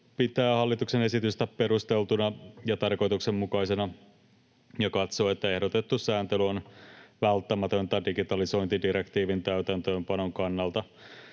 pitää hallituksen esitystä perusteltuna ja tarkoituksenmukaisena ja katsoo, että ehdotettu sääntely on välttämätöntä digitalisointidirektiivin täytäntöönpanon kannalta.